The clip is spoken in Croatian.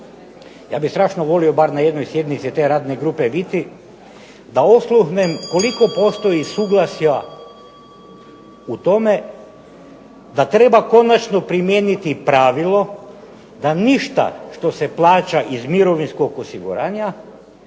Ja bih strašno volio bar na jednoj sjednici te radne grupe biti, da osluhnem koliko postoji suglasja u tome da treba konačno primijeniti pravilo da ništa što se plaća iz mirovinskog osiguranja,